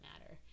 matter